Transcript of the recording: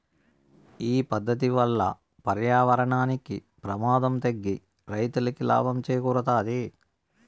ఈ పద్దతి వల్ల పర్యావరణానికి ప్రమాదం తగ్గి రైతులకి లాభం చేకూరుతాది